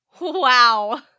wow